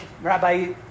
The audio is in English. Rabbi